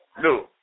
No